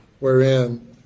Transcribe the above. wherein